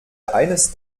eines